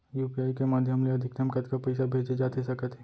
UPI के माधयम ले अधिकतम कतका पइसा भेजे जाथे सकत हे?